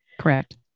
Correct